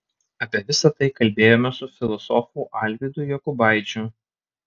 apie visa tai kalbėjomės su filosofu alvydu jokubaičiu